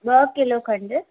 ॿ किलो खंडु